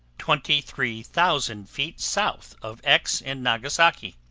twenty three thousand feet south of x in nagasaki.